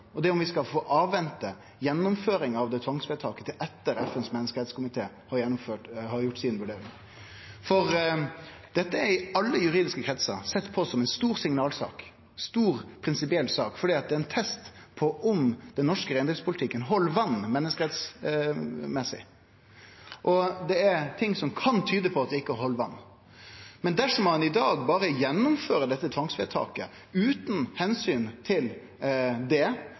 det er om vi skal avvente gjennomføringa av det tvangsvedtaket til etter at FNs menneskerettskomité har gjort vurderinga si. For dette er i alle juridiske kretsar sett på som ei stor signalsak, ei stor prinsipiell sak, fordi det er ein test på om den norske reindriftspolitikken held vatn menneskerettsmessig, og det er ting som kan tyde på at han ikkje held vatn. Men dersom ein i dag berre gjennomfører dette tvangsvedtaket utan omsyn til det,